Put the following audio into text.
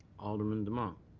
alderman demong.